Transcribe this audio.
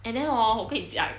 and then hor 我跟你讲